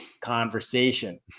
conversation